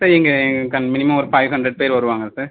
sir இங்கே கன் minimum ஒரு ஃபைவ் ஹண்ட்ரட் பேர் வருவாங்கள் சார்